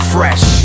Fresh